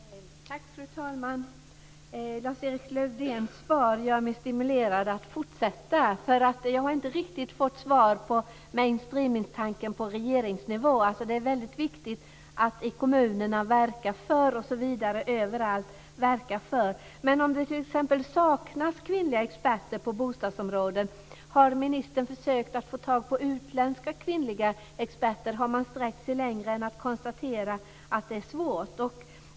Fru talman! Lars-Erik Lövdéns svar gör mig stimulerad att fortsätta. Jag har inte riktigt fått svar på detta med mainstreaming-tanken på regeringsnivå. Det är väldigt viktigt att i kommunerna och överallt verka för detta. Men om det t.ex. saknas kvinnliga experter på bostadsområdet, har ministern försökt att få tag på utländska kvinnliga experter? Har man sträckt sig längre än att konstatera att det är svårt?